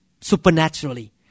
Supernaturally